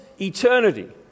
eternity